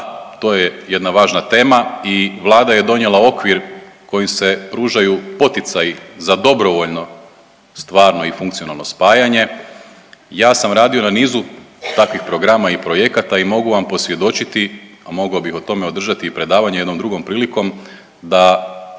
to je jedna važna tema i Vlada je donijela okvir kojim se pružaju poticaji za dobrovoljno, stvarno i funkcionalno spajanje. Ja sam radio na nizu takvim programa i projekata i mogu vam posvjedočiti, a mogao bi o tome održati i predavanje jednom drugom prilikom, da